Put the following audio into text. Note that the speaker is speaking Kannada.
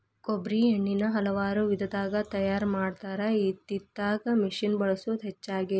ಕೊಬ್ಬ್ರಿ ಎಣ್ಣಿನಾ ಹಲವಾರು ವಿಧದಾಗ ತಯಾರಾ ಮಾಡತಾರ ಇತ್ತಿತ್ತಲಾಗ ಮಿಷಿನ್ ಬಳಸುದ ಹೆಚ್ಚಾಗೆತಿ